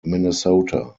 minnesota